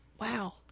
Wow